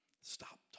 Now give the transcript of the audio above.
Stop